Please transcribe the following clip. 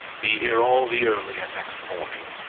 be here all the earlier next morning.